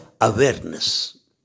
awareness